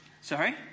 Sorry